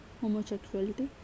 homosexuality